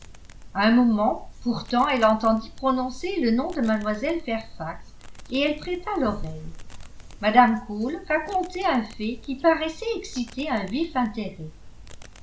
à un moment pourtant elle entendit prononcer le nom de mlle fairfax et elle prêta l'oreille mme cole racontait un fait qui paraissait exciter un vif intérêt